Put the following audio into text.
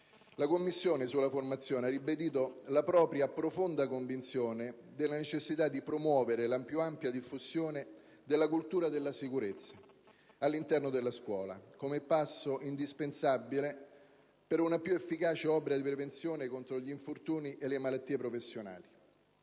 la formazione. La Commissione ha ribadito la propria profonda convinzione della necessità di promuovere la più ampia diffusione della cultura della sicurezza all'interno della scuola, come passo indispensabile per una più efficace opera di prevenzione contro gli infortuni e le malattie professionali.